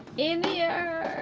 in here